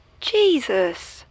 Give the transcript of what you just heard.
Jesus